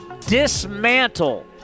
dismantle